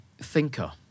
thinker